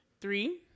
three